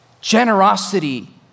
Generosity